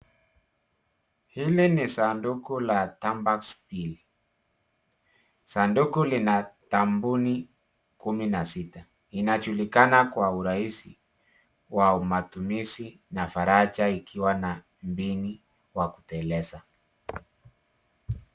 Hili ni sanduku la Tampax Pearl. Sanduku lina kampuni kumi na sita. Inajulikana kwa urahisi wa matumizi na farajaha ikiwa na mpini wa kuteleza.